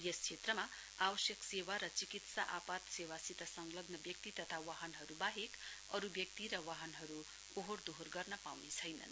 यस क्षेत्रमा आवश्यक सेवा र चिकित्सा आपत सेवासित संलग्न व्यक्ति तथा वाहनहरू बाहेक अरू व्यक्ति र वाहनहरू ओहोर दोहोर गर्न पाउने छैनन्